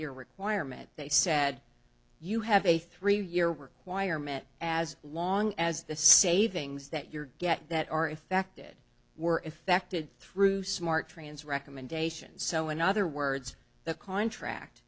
year requirement they said you have a three year requirement as long as the savings that you're get that are effected were effected through smart trans recommendations so in other words the contract